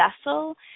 vessel